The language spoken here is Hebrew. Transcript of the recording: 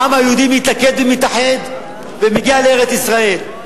העם היהודי מתלכד ומתאחד ומגיע לארץ-ישראל.